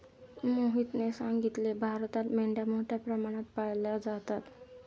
मोहितने सांगितले, भारतात मेंढ्या मोठ्या प्रमाणात पाळल्या जातात